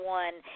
one